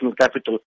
capital